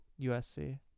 USC